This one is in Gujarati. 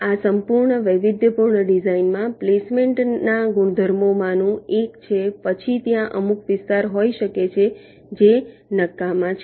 તેથી આ સંપૂર્ણ વૈવિધ્યપૂર્ણ ડિઝાઇનમાં પ્લેસમેન્ટના ગુણધર્મોમાંનું એક છે પછી ત્યાં અમુક વિસ્તાર હોઈ શકે છે જે નકામા છે